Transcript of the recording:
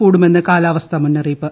കൂടുമെന്ന് കാലാവസ്ഥാ മുന്നറിയിപ്പ്